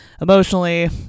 emotionally